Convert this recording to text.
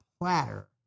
platter